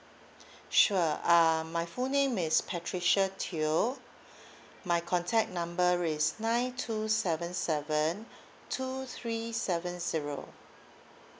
sure uh my full name is patricia teoh my contact number is nine two seven seven two three seven zero